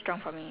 ya